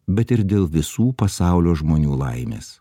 bet ir dėl visų pasaulio žmonių laimės